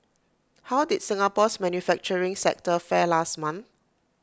how did Singapore's manufacturing sector fare last month